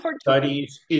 studies